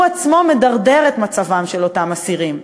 הוא עצמו מדרדר את מצבם של אותם אסירים.